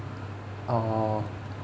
orh